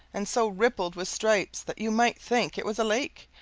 and so rippled with stripes, that you might think it was a lake,